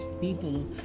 people